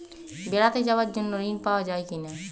বেড়াতে যাওয়ার জন্য ঋণ পাওয়া যায় কি?